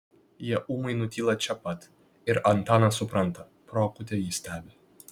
jie ūmai nutyla čia pat ir antanas supranta pro akutę jį stebi